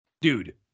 Dude